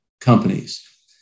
companies